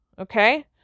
Okay